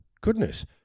Goodness